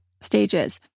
stages